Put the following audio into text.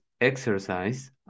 exercise